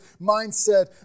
mindset